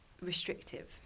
restrictive